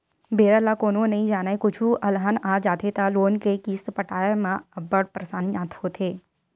बेरा ल कोनो नइ जानय, कुछु अलहन आ जाथे त लोन के किस्त पटाए म अब्बड़ परसानी होथे